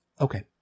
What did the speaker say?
Okay